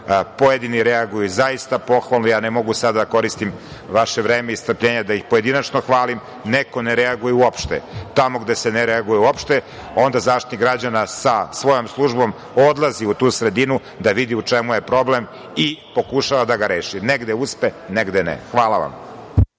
Pojedini reaguju zaista pohvalno. Ne mogu sada da koristim vaše vreme i strpljenje da ih pojedinačno hvalim. Neko ne reaguje uopšte. Tamo gde se ne reaguje uopšte onda Zaštitnik građana sa svojom službom odlazi u tu sredinu da vidi u čemu je problem i pokušava da ga reši. Negde uspe, negde ne. Hvala vam.